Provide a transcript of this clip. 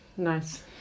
Nice